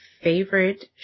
favorite